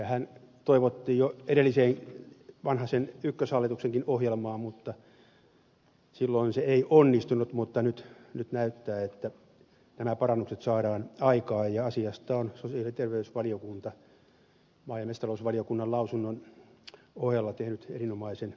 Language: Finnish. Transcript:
sitähän toivottiin jo edelliseen vanhasen ykköshallituksenkin ohjelmaan mutta silloin se ei onnistunut mutta nyt näyttää että nämä parannukset saadaan aikaan ja asiasta on sosiaali ja terveysvaliokunta maa ja metsätalousvaliokunnan lausunnon ohella tehnyt erinomaisen mietinnön